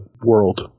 world